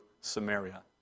Samaria